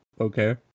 okay